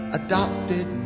adopted